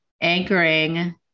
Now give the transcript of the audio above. anchoring